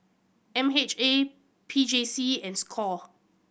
M H A P J C and score